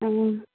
ಹ್ಞೂ